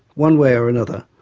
one way or another,